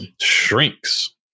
shrinks